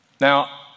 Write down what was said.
Now